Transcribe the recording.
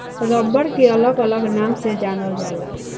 rubber के अलग अलग नाम से भी जानल जाला